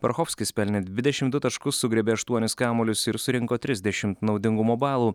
parachovskis pelnė dvidešimt du taškus sugriebė aštuonis kamuolius ir surinko trisdešim naudingumo balų